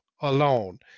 alone